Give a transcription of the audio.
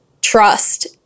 trust